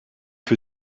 für